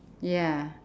ya